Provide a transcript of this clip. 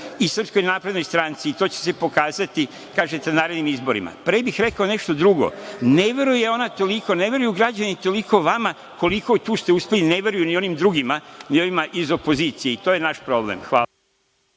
i Srpskoj naprednoj stranci i to će se pokazati, kažete na narednim izborima. Pre bih rekao nešto drugo. Ne veruje ona toliko, ne veruju građani toliko vama koliko ste tu uspeli, ne veruju ni onim drugima, ni ovima iz opozicije i to je naš problem. Hvala.